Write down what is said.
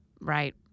Right